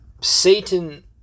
Satan